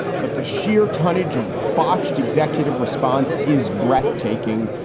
but the sheer tonnage of botched executive response is breathtaking.